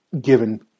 given